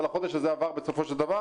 אבל החודש הזה עבר בסופו של דבר.